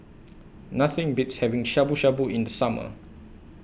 Nothing Beats having Shabu Shabu in The Summer